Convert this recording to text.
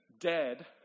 dead